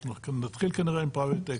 נתחיל כנראה עם private equity